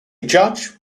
judge